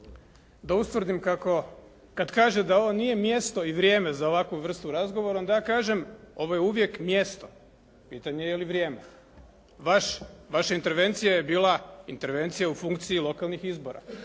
da ustvrdim kako kad kaže da ovo nije mjesto i vrijeme za ovakvu vrstu razgovora onda ja kažem ovo je uvijek mjesto, pitanje je je li vrijeme. Vaša intervencija je bila intervencija u funkciji lokalnih izbora.